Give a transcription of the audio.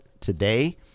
today